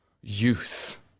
youth